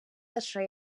лише